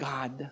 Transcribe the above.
God